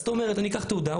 אז זאת אומרת אני אקח תעודה.